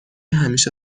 همیشه